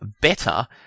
better